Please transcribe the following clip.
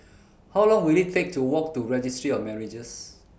How Long Will IT Take to Walk to Registry of Marriages